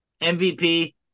MVP